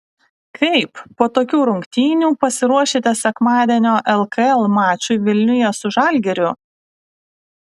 kaip po tokių rungtynių pasiruošite sekmadienio lkl mačui vilniuje su žalgiriu